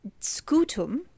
scutum